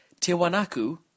Tiwanaku